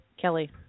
Kelly